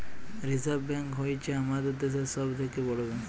reserve bank হ্য়চ্ছ হামাদের দ্যাশের সব থেক্যে বড় ব্যাঙ্ক